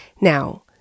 Now